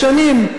משנים.